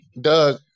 doug